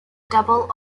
double